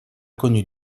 connu